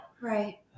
Right